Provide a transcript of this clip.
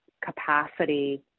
capacity